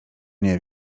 nie